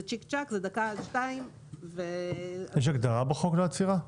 בחוק יש הגדרה לעצירה?